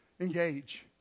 engage